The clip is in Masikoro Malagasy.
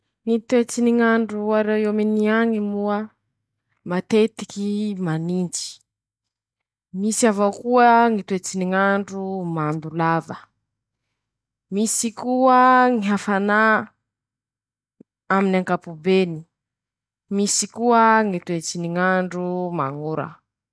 Ñy toetsy ny ñ'andro a Rôiôminy angy moa: Matetiky manintsy, misy avao koa Ñy toetsy ny ñ'andro mando lava, misy koa ñy hafanà, amin'ankapobeny, misy koa Ñy toetsy ny ñ'andro mañ'ora.